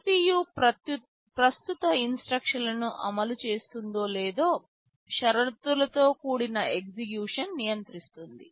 CPU ప్రస్తుత instruction లను అమలు చేస్తుందో లేదో షరతులతో కూడిన ఎగ్జిక్యూషన్ నియంత్రిస్తుంది